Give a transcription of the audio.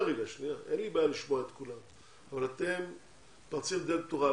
אין לי בעיה לשמוע את כולם אבל אתם מתפרצים לדלת פתוחה.